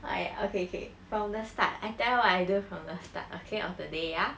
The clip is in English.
I okay okay from the start I tell you what I do from the start okay of the day ya